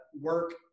work